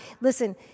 Listen